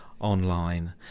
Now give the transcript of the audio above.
online